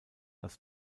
als